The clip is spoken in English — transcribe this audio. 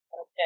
Okay